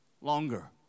longer